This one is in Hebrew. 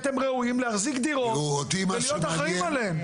הם ראויים להחזיק דירות ולהיות אחרים עליהן.